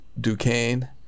Duquesne